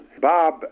Bob